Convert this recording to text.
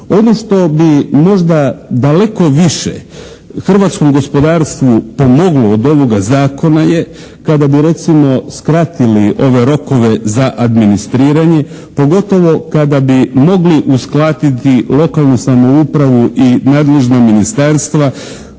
Ono što bi možda daleko više hrvatskom gospodarstvu pomoglo od ovoga Zakona je kada bi recimo skratili ove rokove za administriranje, pogotovo kada bi mogli uskladiti lokalnu samoupravu i nadležna ministarstva